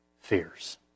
fears